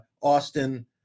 Austin